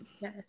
Yes